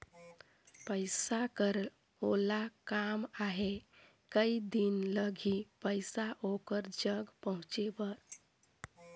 पइसा कर ओला काम आहे कये दिन लगही पइसा ओकर जग पहुंचे बर?